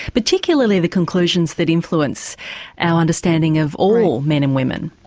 particularly the conclusions that influence our understanding of all men and women?